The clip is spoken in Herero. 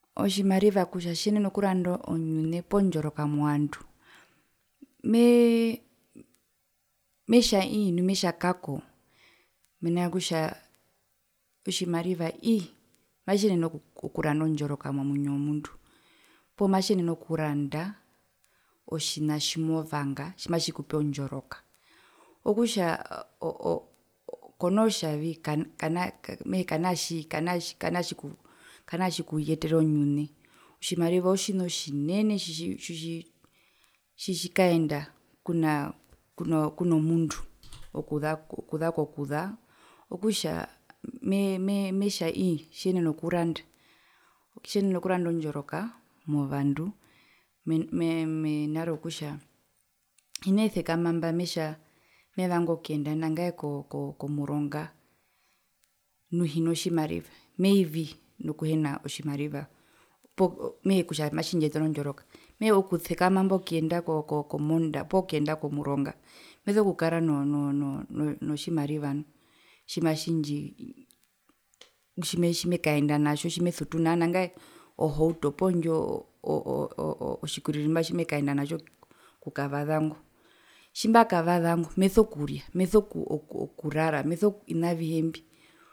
Otjimariva kutja tjiyenena okuranda onyune poo ndjoroka movandu mee metja ii nu metja kako, mena rokutja otjimariva ii matjiyenene okuranda ondjoroka momwinyo womundu poo matjiyenene okuranda otjina tjimovanga tjimatjikupe ondjoroka okutja oo ookono tjavii kana kana tjii kana tjikuytere onyune, otjimariva otjina otjineene tjitji tji kaenda kunaa kuno kuno mundu okuza okuza kokuza okutja mehee metja ii tjiyenena okuranda, tjiyenena okuranda ondjoroka movandu me me mena rokutja hinee sekama mba metja mevanga okuyenda nangae ko ko komuronga nu hino tjimariva meivii nokuhena otjimariva, poo mehee kutja matjindjiyetere ondjoroka mehee okusekama mba okuyenda ko ko komonda poo kuyenda komuronga meso kukara no no notjimariva nu tjimatji ndjii tjeme tjime kaenda natjo tjimesutu natjo nandae indjo hauto poo ndjo oo oo o tjikwiririmba tjimekaenda natjo okukavasa ngo. Tjimbakavasa ngo meso kurya meso oku oku okurara meso ku ovina avihe mbi.